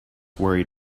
worried